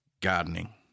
gardening